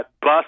bus